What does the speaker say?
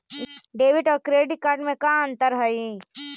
Debit और credit card में का अंतर हइ?